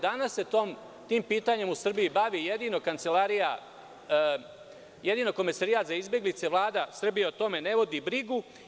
Danas se tim pitanjem u Srbiji bavi jedino Komesarijat za izbeglice, a Vlada Srbije o tome ne vodi brigu.